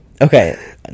okay